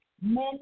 men